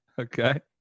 Okay